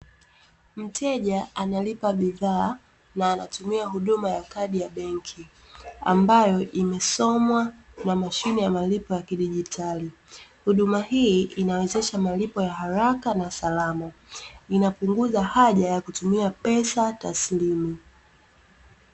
Mteja analipa bidhaa na anatumia huduma ya kadi ya benki ambayo imesomwa na mashine ya malipo ya kidigitali. Huduma hii inawezesha malipo ya haraka na salama. Inapunguza haja ya kutumia pesa taslimu.